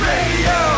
Radio